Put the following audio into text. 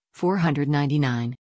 499